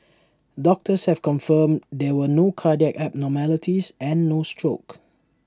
doctors have confirmed there were no cardiac abnormalities and no stroke